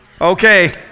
okay